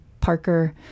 Parker